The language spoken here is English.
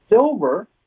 Silver